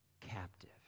captive